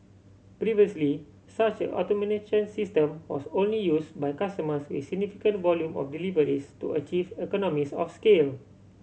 previously such an automation system was only used by customers with significant volume of deliveries to achieve economies of scale